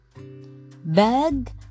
Bag